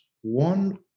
one